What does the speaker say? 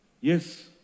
Yes